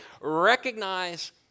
recognize